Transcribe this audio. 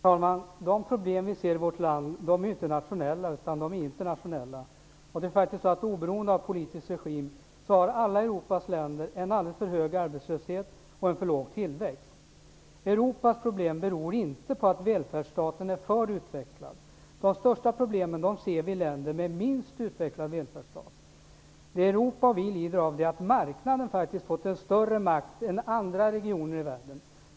Herr talman! De problem vi ser i vårt land är inte nationella, utan de är internationella. Oberoende av politisk regim har alla Europas länder en alldeles för hög arbetslöshet och en för låg tillväxt. Europas problem beror inte på att välfärdsstaten är för utvecklad. De största problemen ser vi i länder med minst utvecklad välfärdsstat. Det som Europa och vi lider av är att marknaden faktiskt fått en större makt här än i andra regioner i världen.